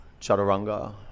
chaturanga